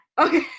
okay